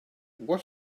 what